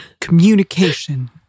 communication